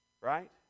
right